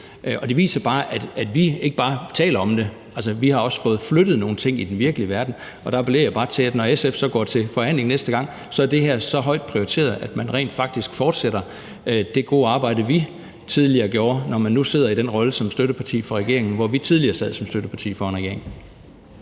Og det viser bare, at vi ikke bare taler om det. Vi har også fået flyttet nogle ting i den virkelige verden. Og der appellerer jeg bare til, at når SF så går til forhandling næste gang, er det her så højt prioriteret, at man rent faktisk fortsætter det gode arbejde, vi tidligere gjorde, når man nu sidder i den rolle som støtteparti for regeringen, hvor vi tidligere sad som støtteparti for en regering.